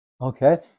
Okay